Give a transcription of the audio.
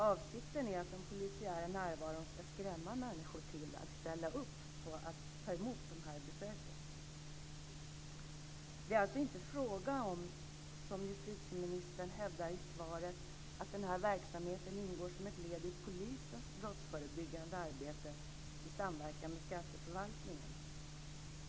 Avsikten är att den polisiära närvaron ska skrämma människor till att ställa upp på att ta emot de här besöken. Det är alltså inte, som justitieministern hävdar i svaret, fråga om att den här verksamheten ingår som ett led i polisens brottsförebyggande arbete i samverkan med skatteförvaltningen.